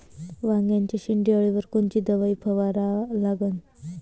वांग्याच्या शेंडी अळीवर कोनची दवाई फवारा लागन?